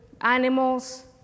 animals